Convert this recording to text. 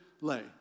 lay